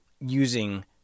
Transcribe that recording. using